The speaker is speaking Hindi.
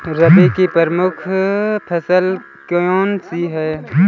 रबी की प्रमुख फसल कौन सी है?